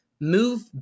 move